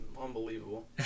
unbelievable